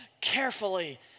Carefully